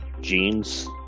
jeans